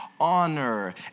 honor